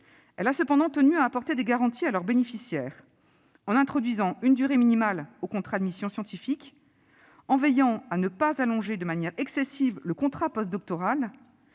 Elle a cependant tenu à apporter des garanties à leurs bénéficiaires, en instaurant une durée minimale pour le contrat de mission scientifique, en veillant à ne pas allonger de manière excessive le contrat postdoctoral,